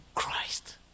Christ